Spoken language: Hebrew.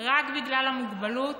רק בגלל המוגבלות,